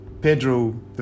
Pedro